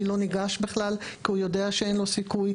מי לא ניגש בכלל כי הוא יודע שאין לו סיכוי?